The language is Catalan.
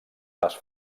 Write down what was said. les